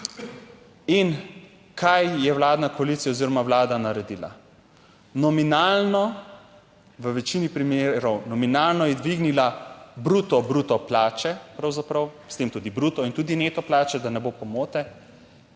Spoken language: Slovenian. In kaj je vladna koalicija oziroma Vlada naredila? Nominalno, v večini primerov nominalno je dvignila bruto plače, pravzaprav, s tem tudi bruto in tudi neto plače, da ne bo pomote,